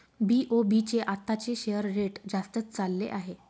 BOB चे आताचे share rate जास्तच चालले आहे